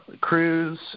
crews